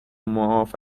معاف